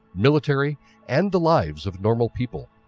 military and the lives of normal people.